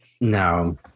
No